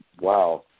wow